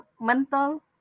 mental